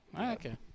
Okay